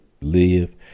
live